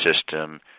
system